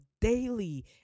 daily